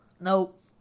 Nope